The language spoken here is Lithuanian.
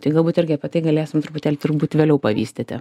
tai galbūt irgi apie tai galėsim truputėlį turbūt vėliau pavystyti